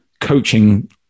coaching